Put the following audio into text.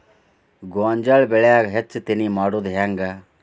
ಗೋಂಜಾಳ ಬೆಳ್ಯಾಗ ಹೆಚ್ಚತೆನೆ ಮಾಡುದ ಹೆಂಗ್?